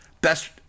Best